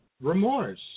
remorse